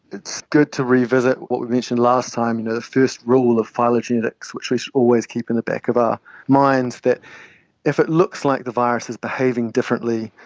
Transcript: it's good to revisit what we mentioned last time, you know, the first rule of phylogenetics which we should always keep in the back of our minds, that if it looks like the virus is behaving differently,